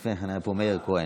לפני כן היה פה גם מאיר כהן.